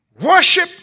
worship